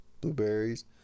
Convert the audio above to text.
blueberries